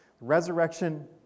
resurrection